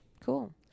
cool